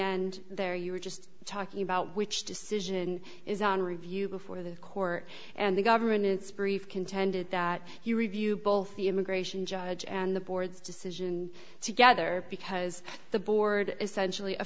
end there you were just talking about which decision is on review before the court and the government's brief contended that he review both the immigration judge and the board's decision together because the board essentially a